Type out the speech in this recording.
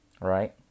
right